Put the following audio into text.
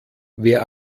wer